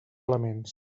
elements